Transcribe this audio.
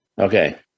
okay